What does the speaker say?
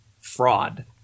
fraud